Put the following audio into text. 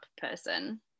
person